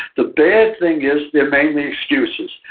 the bad thing is they're mainly excuses.